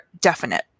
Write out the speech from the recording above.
definite